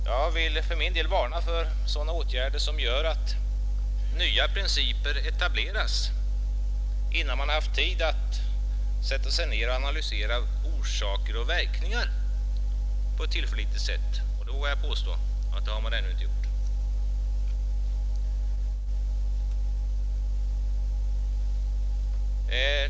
Jag vill för min del varna för sådana åtgärder som gör att nya principer etableras innan man på ett tillförlitligt sätt har analyserat orsaker och verkningar — och det vågar jag påstå att man ännu inte har gjort.